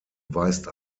weist